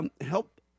help